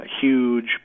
huge